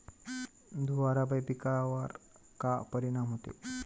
धुवारापाई पिकावर का परीनाम होते?